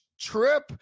trip